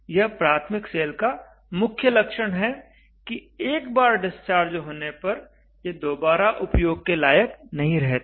यह प्राथमिक सेल का मुख्य लक्षण है कि एक बार डिस्चार्ज होने पर ये दोबारा उपयोग के लायक नहीं रहते